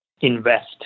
invest